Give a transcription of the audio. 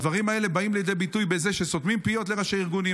הדברים האלה באים לידי ביטוי בזה שסותמים פיות לראשי ארגונים.